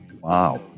Wow